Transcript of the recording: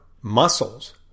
muscles